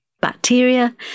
bacteria